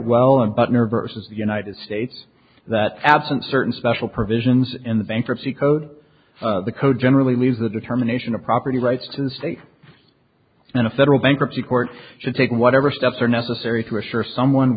well in butner versus the united states that absent certain special provisions in the bankruptcy code the code generally leaves the determination of property rights to the state and a federal bankruptcy court should take whatever steps are necessary to assure someone